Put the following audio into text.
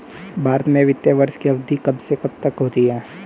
भारत में वित्तीय वर्ष की अवधि कब से कब तक होती है?